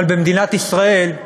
אבל במדינת ישראל,